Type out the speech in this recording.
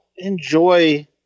Enjoy